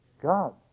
God